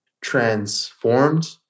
transformed